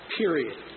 period